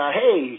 hey